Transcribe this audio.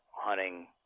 hunting